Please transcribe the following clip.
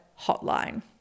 Hotline